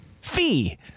Fee